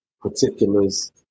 particulars